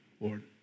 Lord